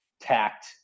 tact